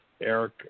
Eric